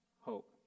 hope